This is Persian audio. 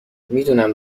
میدونم